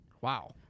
Wow